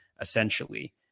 essentially